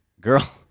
girl